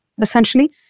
essentially